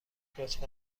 لطفا